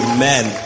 Amen